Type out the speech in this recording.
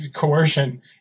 coercion